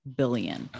billion